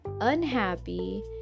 unhappy